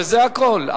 וזה הכול.